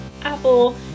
Apple